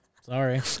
Sorry